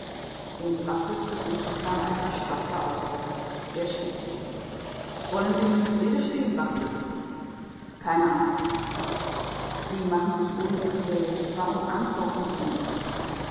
in barthels gesicht kam ein verstockter ausdruck er schwieg wollen sie mir nicht rede stehen barthel keine antwort sie machen sich unglücklich warum antworten sie nicht